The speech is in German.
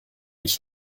ich